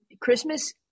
Christmas